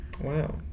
Wow